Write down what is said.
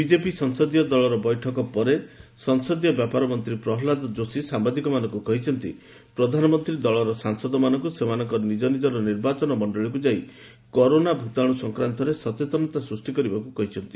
BJP ସଂସଦୀୟ ଦଳ ବୈଠକ ପରେ ସଂସଦୀୟ ବ୍ୟାପାର ମନ୍ତ୍ରୀ ପ୍ରହଲ୍ଲାଦ ଯୋଶୀ ସାମ୍ଭାଦିକମାନଙ୍କୁ କହିଛନ୍ତି ପ୍ରଧାନମନ୍ତ୍ରୀ ଦଳର ସାଂସଦମାନଙ୍କୁ ସେମାନଙ୍କର ନିଜ ନିଜର ନିର୍ବାଚନ ମଣ୍ଡଳୀକୁ ଯାଇ କରୋନା ଭୂତାଣୁ ସଂକ୍ରାନ୍ତରେ ସଚେତନତା ସ୍ଦୃଷ୍ଟି କରିବାକୁ କହିଛନ୍ତି